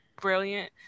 brilliant